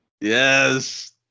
yes